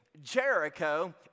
Jericho